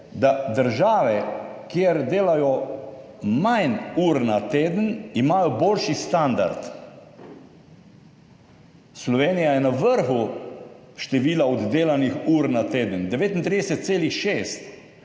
države, kjer delajo manj ur na teden, boljši standard. Slovenija je na vrhu števila oddelanih ur na teden, 39,6,